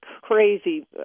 crazy